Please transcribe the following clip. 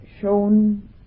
shown